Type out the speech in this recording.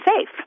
safe